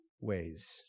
ways